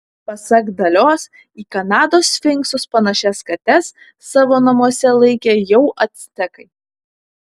pasak dalios į kanados sfinksus panašias kates savo namuose laikė jau actekai